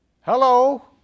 hello